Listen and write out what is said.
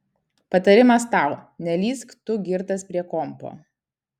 patarimas tau nelįsk tu girtas prie kompo